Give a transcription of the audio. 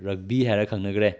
ꯔꯛꯕꯤ ꯍꯥꯏꯔ ꯈꯪꯅꯈ꯭ꯔꯦ